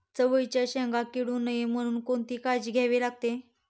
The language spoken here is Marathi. चवळीच्या शेंगा किडू नये म्हणून कोणती काळजी घ्यावी लागते?